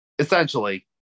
Essentially